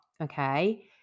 okay